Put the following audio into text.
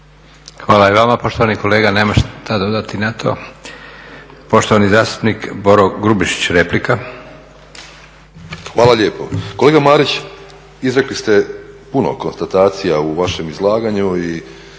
Hvala i vama poštovani kolega. Nemam šta dodati na to. Poštovani zastupnik Boro Grubišić, replika. **Grubišić, Boro (HDSSB)** Hvala lijepo. Kolega Marić izrekli ste puno konstatacija u vašem izlaganju i